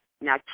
Now